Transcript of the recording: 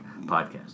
podcast